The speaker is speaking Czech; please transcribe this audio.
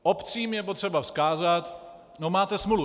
Obcím je potřeba vzkázat: máte smůlu.